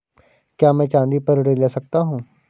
क्या मैं चाँदी पर ऋण ले सकता हूँ?